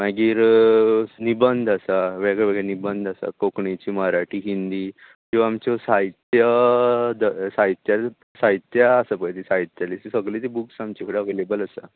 मागीर निबंद आसा वेगळेवेगळे निबंद आसा कोंकणीचे मराठी हिंदी ह्यो आमच्यो साहित्य साहित्य साहित्या आसा पळय तीं सगलीं बुक्स आमचे कडेन अवेलेबल आसा